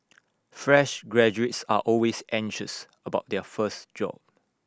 fresh graduates are always anxious about their first job